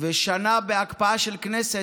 ושנה בהקפאה של כנסת,